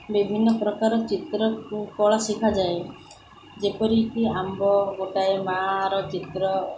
ବିଭିନ୍ନପ୍ରକାର ଚିତ୍ରକଳା ଶିଖାଯାଏ ଯେପରିକି ଆମ୍ବ ଗୋଟାଏ ମାଆର ଚିତ୍ର